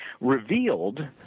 revealed